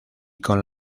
con